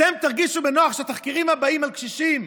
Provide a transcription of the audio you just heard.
אתם תרגישו בנוח שהתחקירים הבאים על קשישים,